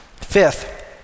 Fifth